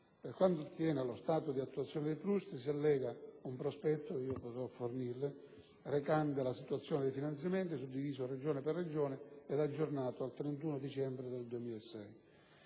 Per quanto attiene allo stato di attuazione dei PRUSST, si allega un prospetto recante la situazione dei finanziamenti, suddiviso Regione per Regione, aggiornato al 31 dicembre 2006.